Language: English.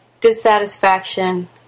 dissatisfaction